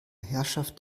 herrschaft